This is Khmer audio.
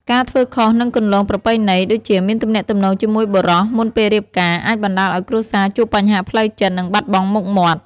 ការធ្វើខុសនឹងគន្លងប្រពៃណី ដូចជាមានទំនាក់ទំនងជាមួយបុរសមុនពេលរៀបការ អាចបណ្តាលឱ្យគ្រួសារជួបបញ្ហាផ្លូវចិត្ត និងបាត់បង់មុខមាត់។